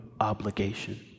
obligation